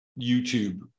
YouTube